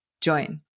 join